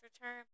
return